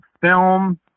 film